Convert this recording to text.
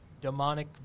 demonic